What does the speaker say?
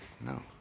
No